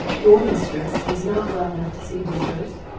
your mistress is not well enough to see visitors?